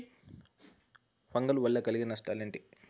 Fungal వల్ల కలిగే నష్టలేంటి?